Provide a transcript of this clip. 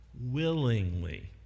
willingly